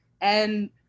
and-